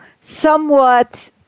somewhat